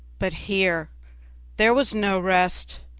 but here there was no rest,